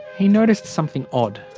he noticed something odd.